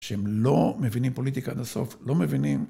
שהם לא מבינים פוליטיקה עד הסוף, לא מבינים.